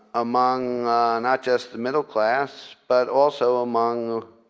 among not just the middle class, but also among